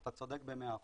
אתה צודק במאה אחוז,